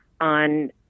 on